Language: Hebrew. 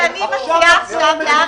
במליאה.